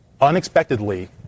unexpectedly